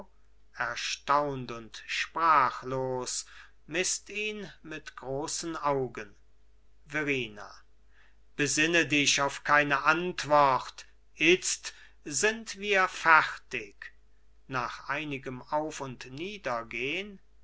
erstaunt und sprachlos mißt ihn mit großen augen verrina besinne dich auf keine antwort itzt sind wir fertig nach einigem auf und